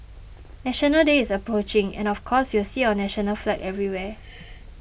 National Day is approaching and of course you'll see our national flag everywhere